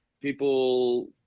People